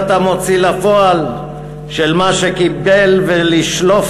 להיות המוציא לפועל של מה שקיבל ולשלוף